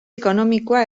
ekonomikoa